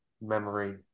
memory